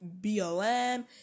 BLM